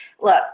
look